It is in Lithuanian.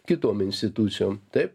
kitom institucijom taip